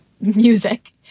music